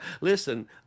Listen